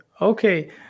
Okay